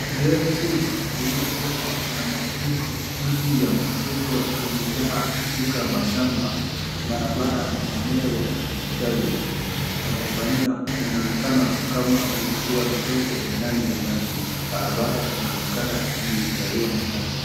Eneo kubwa lililokumbwa na mafuriko. Maji ya mafuriko yamejaa katika mashamba, barabara na maeneo ya makazi na kufanyia inaonekana kama ni visiwa vidogo ndani ya maji. Barabara inaonekana imengaliwa na maji.